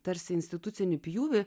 tarsi institucinį pjūvį